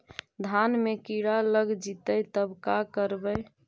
धान मे किड़ा लग जितै तब का करबइ?